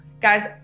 guys